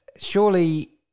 Surely